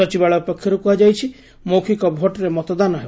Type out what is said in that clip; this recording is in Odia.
ସଚିବାଳୟ ପକ୍ଷରୁ କୁହାଯାଇଛି ମୌଖିକ ଭୋଟ୍ରେ ମତଦାନ ହେବ